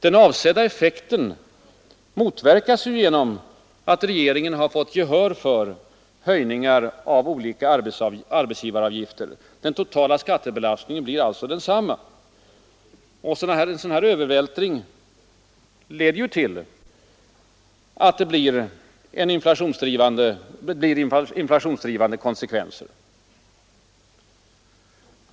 Den avsedda effekten motverkas ju genom att regeringen har fått gehör för höjningar av olika arbetsgivaravgifter. Den totala skattebelastningen blir alltså densamma. En sådan här övervältring leder ju till att det blir inflationsdrivande konsekvenser. Herr talman!